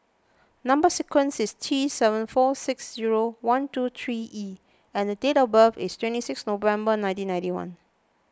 Number Sequence is T seven four six zero one two three E and date of birth is twenty six November nineteen ninety one